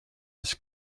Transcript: his